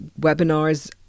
webinars